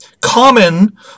common